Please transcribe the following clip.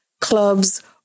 clubs